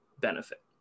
benefit